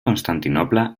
constantinopla